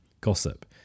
gossip